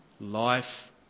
life